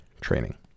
training